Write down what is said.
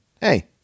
Hey